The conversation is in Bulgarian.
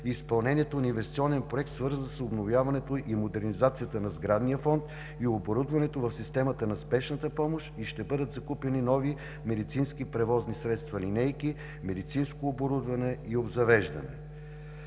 изпълнението на инвестиционен проект, свързан с обновяването и модернизацията на сградния фонд и оборудването на системата на спешната помощ и ще бъдат закупени нови медицински превозни средства – линейки, медицинско оборудване и обзавеждане.